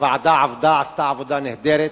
הוועדה עבדה, עשתה עבודה נהדרת,